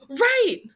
Right